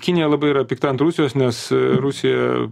kinija labai yra pikta ant rusijos nes rusija